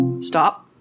Stop